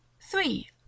three